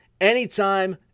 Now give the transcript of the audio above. anytime